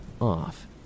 off